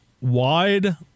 wide